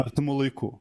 artimu laiku